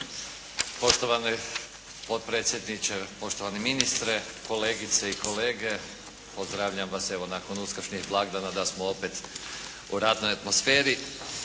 Poštovani potpredsjedniče, poštovani ministre, kolegice i kolege, pozdravljam vas, evo, nakon uskršnjih blagdana da smo opet u radnoj atmosferi.